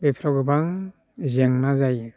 बेफोराव गोबां जेंना जायो